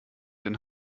den